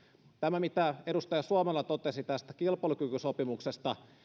tämä mitä edustaja suomela totesi tästä kilpailukykysopimuksesta